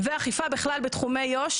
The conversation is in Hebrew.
ואכיפה בכלל בתחומי יו"ש.